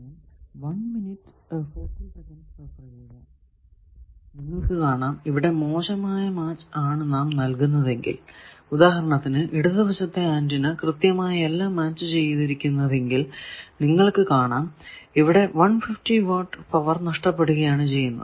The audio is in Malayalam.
നിങ്ങൾക്കു കാണാം ഇവിടെ മോശമായ മാച്ച് ആണ് നാം നൽകുന്നതെങ്കിൽ ഉദാഹരണത്തിന് ഇടതു വശത്തെ ആന്റിന കൃത്യമായല്ല മാച്ച് ചെയ്തിരിക്കുന്നതെങ്കിൽ ഇവിടെ 150 വാട്ട് പവർ നഷ്ടപ്പെടുകയാണ് ചെയ്യുന്നത്